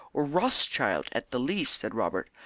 or rothschild at the least! said robert.